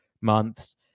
months